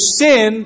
sin